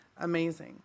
amazing